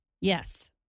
Yes